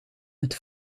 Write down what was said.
het